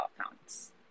accounts